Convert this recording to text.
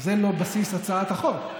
זה לא בסיס להצעת החוק.